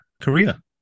Korea